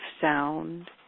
sound